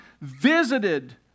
visited